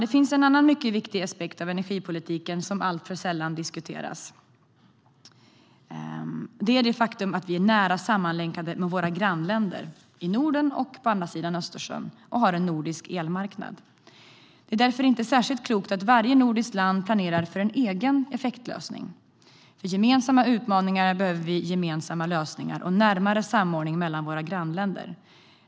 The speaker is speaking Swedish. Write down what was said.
Det finns en annan mycket viktig aspekt av energipolitiken som alltför sällan diskuteras. Det är det faktum att vi är nära sammanlänkade med våra grannländer i Norden och på andra sidan Östersjön och har en nordisk elmarknad. Det är därför inte särskilt klokt att varje nordiskt land planerar för en egen effektlösning. För gemensamma utmaningar behöver vi gemensamma lösningar och närmare samordning mellan våra grannländer.